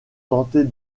tenter